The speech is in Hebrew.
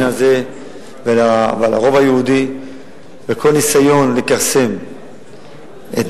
הזה ועל הרוב היהודי וכל ניסיון לכרסם את